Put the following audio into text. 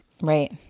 Right